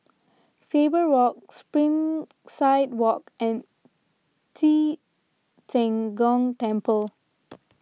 Faber Walk Springside Walk and Ci Zheng Gong Temple